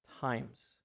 times